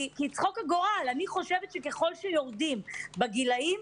כי צחוק הגורל אני חושבת שכלל שיורדים בגילאים,